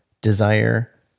desire